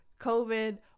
COVID